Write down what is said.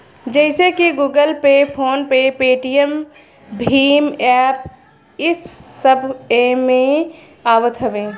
जइसे की Google pay, phone pay, Paytm भीम एप्प इस सब एमे आवत हवे